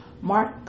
Mark